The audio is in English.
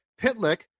Pitlick